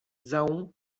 zhao